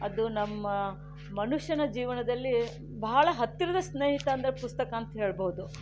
ಅದು ನಮ್ಮ ಮನುಷ್ಯನ ಜೀವನದಲ್ಲಿ ಬಹಳ ಹತ್ತಿರದ ಸ್ನೇಹಿತ ಅಂದರೆ ಪುಸ್ತಕ ಅಂತ ಹೇಳ್ಬೋದು